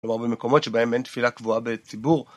במקומות שבהם אין תפילה קבועה בציבור